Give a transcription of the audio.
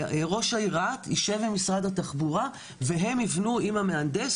ראש העיר רהט יישב עם משרד התחבורה והם ייבנו עם המהנדס